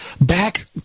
back